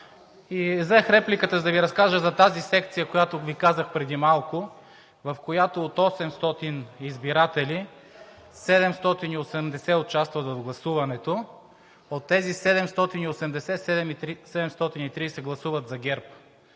Взех репликата, за да Ви разкажа за тази секция, за която Ви разказах преди малко, в която от 800 избиратели 780 участват в гласуването. От тези 780 – за ГЕРБ